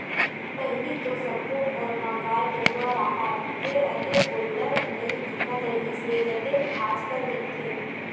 पहिली तो सब्बो घर म गाय गरूवा राहय फेर अतेक गोल्लर नइ दिखत रिहिस हे जतेक आजकल दिखथे